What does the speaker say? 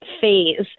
phase